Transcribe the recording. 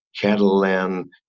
Catalan